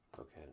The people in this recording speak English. Okay